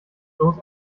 bloß